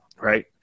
right